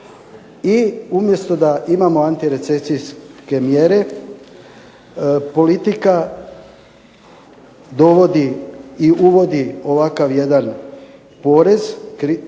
I umjesto da imamo antirecesijske mjere, politika dovodi i uvodi ovakav jedan porez kojim